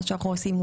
ומה שאנחנו עושים,